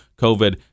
COVID